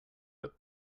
but